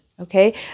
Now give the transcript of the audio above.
okay